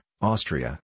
Austria